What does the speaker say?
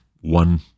one